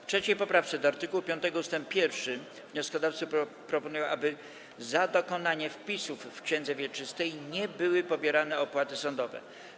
W 3. poprawce do art. 5 ust. 1 wnioskodawcy proponują, aby za dokonanie wpisów w księdze wieczystej nie były pobierane opłaty sądowe.